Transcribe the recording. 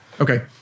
Okay